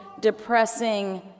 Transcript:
depressing